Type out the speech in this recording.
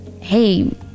hey